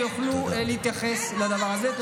כי האוצר יגבה את זה כשהיא תמכור יום אחד.